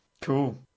Cool